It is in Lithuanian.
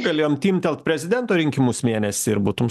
galėjom timptelt prezidento rinkimus mėnesį ir būtum